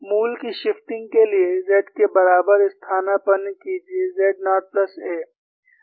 मूल की शिफ्टिंग के लिए z के बराबर स्थानापन्न कीजिये z नॉट प्लस a